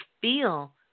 feel